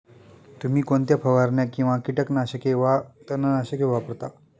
तुम्ही कोणत्या फवारण्या किंवा कीटकनाशके वा तणनाशके वापरता?